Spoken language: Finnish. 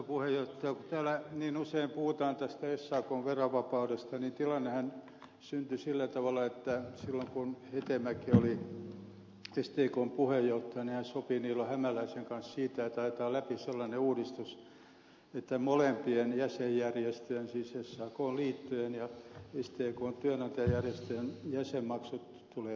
kun täällä niin usein puhutaan tästä sakn verovapaudesta niin tilannehan syntyi sillä tavalla että silloin kun hetemäki oli stkn puheenjohtaja niin hän sopi niilo hämäläisen kanssa siitä että ajetaan läpi sellainen uudistus että molempien jäsenjärjestöjen siis sakn liittojen ja stkn työnantajajärjestöjen jäsenmaksut tulevat verovapaiksi